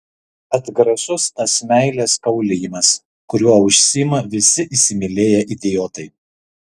atgrasus tas meilės kaulijimas kuriuo užsiima visi įsimylėję idiotai